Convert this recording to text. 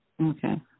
Okay